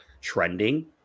trending